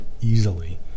easily